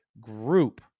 group